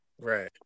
Right